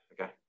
Okay